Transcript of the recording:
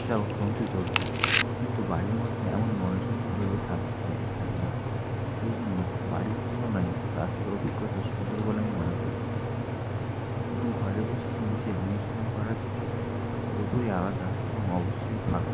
যা অত্যন্ত জরুরি কিন্তু বাড়ির মধ্যে এমন মনোযোগী হয়ে ওঠা হয়ে যায় না সেই জন্য বাড়ির তুলনায় ক্লাসের অভিজ্ঞতা সুন্দর বলে আমি মনে করে থাকি এবং ঘরে বসে নিজে অনুশীলন করা থেকে পুরোপুরি আলাদা এবং অবশ্যই ভালো